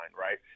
Right